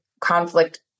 conflict